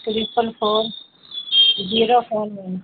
triple four zero four nine